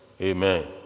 Amen